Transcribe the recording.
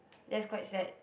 that's quite sad